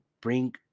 bring